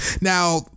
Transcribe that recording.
Now